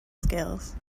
scales